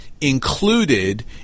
included